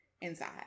inside